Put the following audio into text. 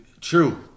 True